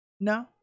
no